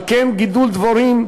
על כן, גידול דבורים,